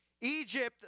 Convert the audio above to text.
Egypt